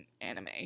anime